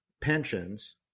pensions